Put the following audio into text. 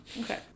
Okay